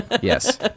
Yes